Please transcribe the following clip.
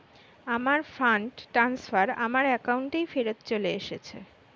আমার fund transfer আমার অ্যাকাউন্টেই ফেরত চলে এসেছে